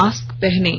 mask पहनें